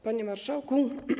Panie Marszałku!